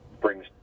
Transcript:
brings